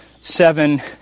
seven